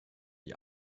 die